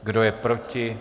Kdo je proti?